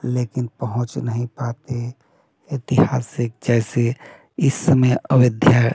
लेकिन पहुँच नहीं पाते ऐतिहासिक जैसे इस समय अयोध्या